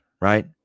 Right